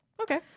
Okay